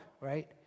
right